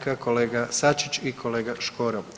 Kolega Sačić i kolega Škoro.